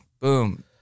boom